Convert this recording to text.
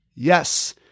Yes